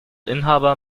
inhaber